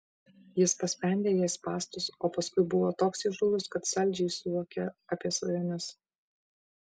jis paspendė jai spąstus o paskui buvo toks įžūlus kad saldžiai suokė apie svajones